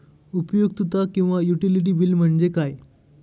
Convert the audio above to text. उपयुक्तता किंवा utility bill म्हणजे काय?